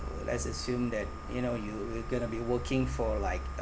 let's assume that you know you you're gonna be working for like